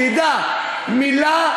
תודה.